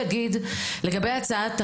לגבי הצעת החוק,